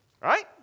right